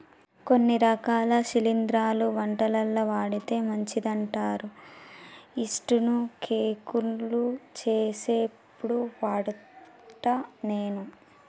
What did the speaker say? కొన్ని రకాల శిలింద్రాలు వంటలల్ల వాడితే మంచిదంటారు యిస్టు ను కేకులు చేసేప్పుడు వాడుత నేను